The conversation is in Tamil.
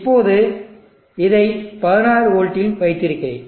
இப்போது இதை 16 வோல்ட்டில் வைத்திருப்பேன்